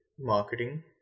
marketing